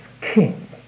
king